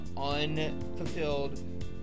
unfulfilled